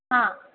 हां